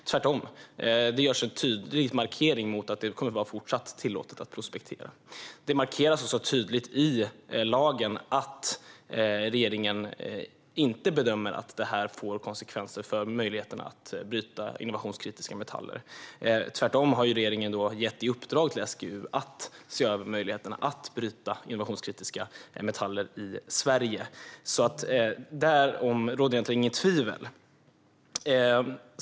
Tvärtom görs det en tydlig markering att det fortsatt kommer att vara tillåtet att prospektera. Det markeras också tydligt i lagen att regeringen inte bedömer att det här får konsekvenser för möjligheten att bryta innovationskritiska metaller. Regeringen har gett SGU i uppdrag att se över möjligheterna att bryta innovationskritiska metaller i Sverige, så därom råder inget tvivel.